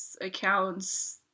accounts